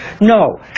No